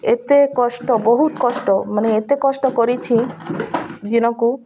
ଏତେ କଷ୍ଟ ବହୁତ କଷ୍ଟ ମାନେ ଏତେ କଷ୍ଟ କରିଛି ଦିନକୁ